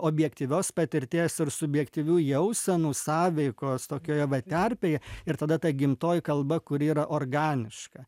objektyvios patirties ir subjektyvių jausenų sąveikos tokioje terpėje ir tada ta gimtoji kalba kuri yra organiška